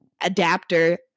adapter